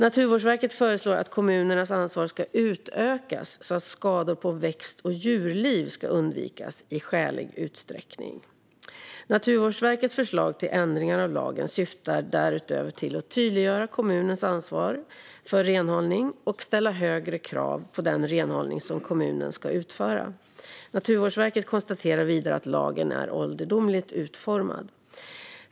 Naturvårdsverket föreslår att kommunernas ansvar ska utökas, så att skador på växt och djurliv undviks i skälig utsträckning. Naturvårdsverkets förslag till ändring av lagen syftar därutöver till att tydliggöra kommunens ansvar för renhållning och ställa högre krav på den renhållning som kommunen ska utföra. Naturvårdsverket konstaterar vidare att lagen är ålderdomligt utformad.